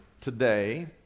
today